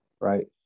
right